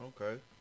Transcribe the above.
okay